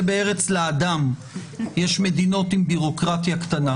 בארץ להד"ם יש מדינות עם ביורוקרטיה קטנה.